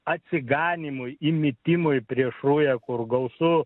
atsiganimui metimui prieš rują kur gausu